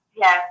yes